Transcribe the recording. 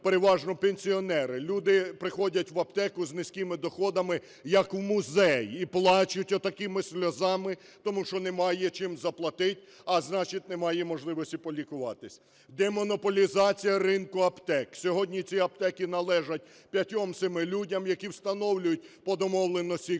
переважно пенсіонери, люди приходять в аптеку з низькими доходами як в музей і плачуть отакими сльозами, тому що немає чим заплатити, а значить немає можливості полікуватися. Демонополізація ринку аптек. Сьогодні ці аптеки належать 5-7 людям, які встановлюють по домовленості корупційній